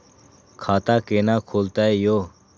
खाता केना खुलतै यो